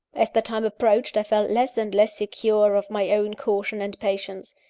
as the time approached, i felt less and less secure of my own caution and patience.